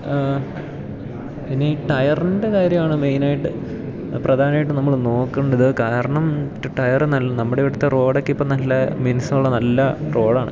ഇനി ടയറിൻ്റെ കാര്യമാണ് മെയിനായിട്ട് പ്രധാനായിട്ട് നമ്മള് നോക്കണ്ടത് കാരണം ടയറ് നല്ല നമ്മുടെ ഇവിടുത്തെ റോഡൊക്കെ ഇപ്പം നല്ല മിനുസമുള്ള നല്ല റോഡാണ്